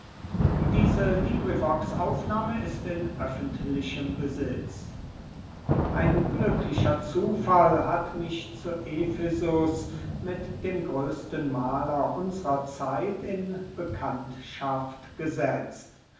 an kleonidas ein glücklicher zufall hat mich zu efesus mit dem größten mahler unsrer zeit in bekanntschaft gesetzt